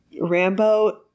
Rambo